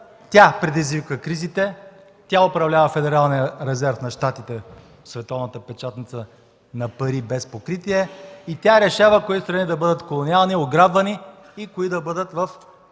Тя предизвиква кризите, тя управлява Федералния резерв на Щатите – световната печатница на пари без покритие, и тя решава кои трябва да бъдат колониални, ограбвани и кои да бъдат в